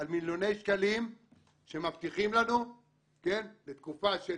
על מיליוני שקלים שמבטיחים לנו לתקופה של